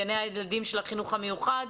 גני הילדים של החינוך המיוחד,